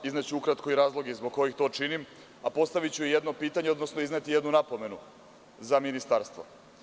Izneću ukratko i razloge zbog kojih to činim, a postaviću i jedno pitanje, odnosno izneti jednu napomenu za ministarstvo.